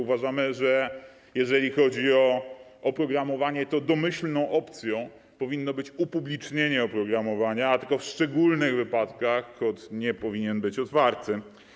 Uważamy, że jeżeli chodzi o oprogramowanie, to domyślną opcją powinno być upublicznienie oprogramowania, a tylko w szczególnych wypadkach kod nie powinien być otwarty.